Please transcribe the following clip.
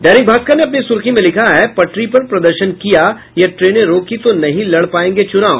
दैनिक भास्कर ने अपनी सुर्खी में लिखा है पटरी पर प्रदर्शन किया या ट्रेनं रोकीं तो नहीं लड़ पायेंगे चुनाव